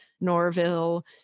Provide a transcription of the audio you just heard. norville